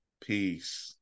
Peace